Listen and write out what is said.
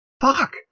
Fuck